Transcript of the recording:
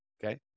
Okay